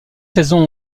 saison